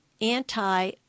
Anti